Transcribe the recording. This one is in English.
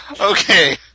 Okay